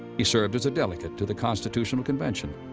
he served as a delegate to the constitutional convention,